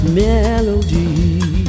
melody